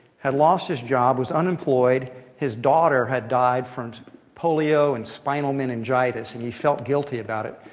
had lost his job, was unemployed. his daughter had died from polio and spinal meningitis. and he felt guilty about it,